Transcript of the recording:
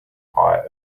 high